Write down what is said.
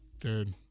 Dude